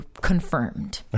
Confirmed